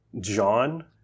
John